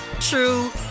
true